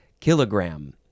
kilogram